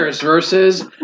versus